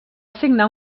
signar